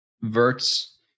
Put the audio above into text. verts